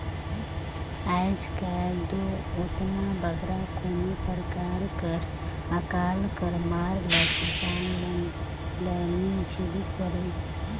आएज काएल दो ओतना बगरा कोनो परकार कर अकाल कर मार ल किसान मन ल नी झेलेक परे